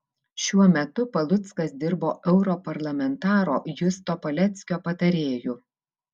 šiuo metu paluckas dirbo europarlamentaro justo paleckio patarėju